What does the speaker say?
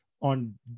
on